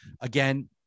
again